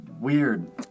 Weird